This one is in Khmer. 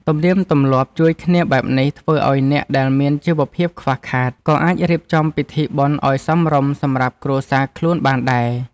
ទំនៀមទម្លាប់ជួយគ្នាបែបនេះធ្វើឱ្យអ្នកដែលមានជីវភាពខ្វះខាត ក៏អាចរៀបចំពិធីបុណ្យឱ្យសមរម្យសម្រាប់គ្រួសារខ្លួនបានដែរ។